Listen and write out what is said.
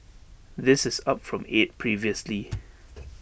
this is up from eight previously